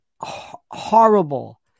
horrible